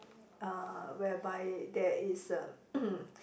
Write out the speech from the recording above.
uh whereby there is a